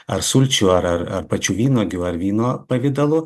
ar sulčių ar ar ar pačių vynuogių ar vyno pavidalu